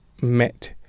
met